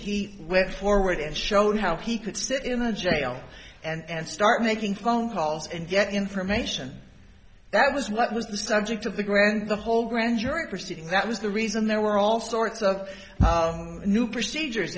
he went forward and shown how he could sit in a jail and start making phone calls and get information that was what was the subject of the grand the whole grand jury proceeding that was the reason there were all sorts of new procedures